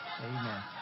Amen